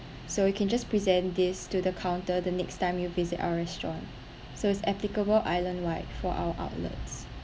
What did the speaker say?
so you can just present this to the counter the next time you visit our restaurant so it's applicable islandwide for our outlets